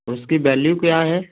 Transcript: उसकी बैल्यू क्या है